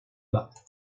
bas